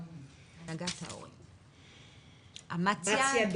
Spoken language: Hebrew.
ההורים עדיין מתעסקים במציאת